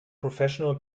professional